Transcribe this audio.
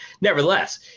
Nevertheless